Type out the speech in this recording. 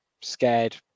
scared